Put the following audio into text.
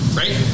right